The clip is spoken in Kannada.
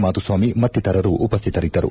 ಮಾಧುಸ್ವಾಮಿ ಮತ್ತಿತರರು ಉಪಸ್ಹಿತರಿದ್ದರು